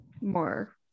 more